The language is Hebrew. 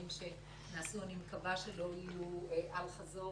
שנעשו אני מקווה שלא יהיו אל-חזור,